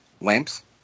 lamps